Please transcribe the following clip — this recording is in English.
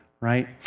right